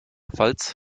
falls